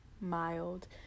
mild